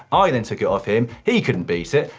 i then took it off him, he couldn't beat it,